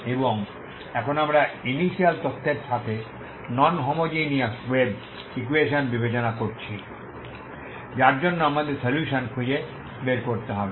এবং এখন আমরা ইনিশিয়াল তথ্যের সাথে নন হোমোজেনিয়াস ওয়েভ ইকুয়েশন বিবেচনা করেছি যার জন্য আমাদের সলিউশন খুঁজে বের করতে হবে